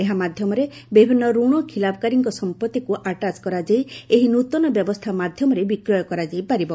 ଏହା ମାଧ୍ୟମରେ ବିଭିନ୍ନ ଋଣ ଖିଲାପକାରୀଙ୍କ ସମ୍ପଭିକୁ ଆଟାଚ୍ କରାଯାଇ ଏହି ନୂତନ ବ୍ୟବସ୍ଥା ମାଧ୍ୟମରେ ବିକ୍ରୟ କରାଯାଇ ପାରିବ